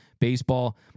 baseball